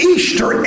Easter